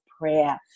prayer